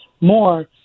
more